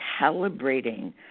calibrating